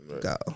go